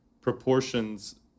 proportions